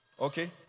Okay